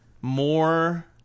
more